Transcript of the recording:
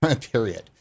period